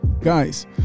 Guys